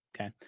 okay